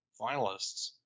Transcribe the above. finalists